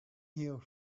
here